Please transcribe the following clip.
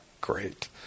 great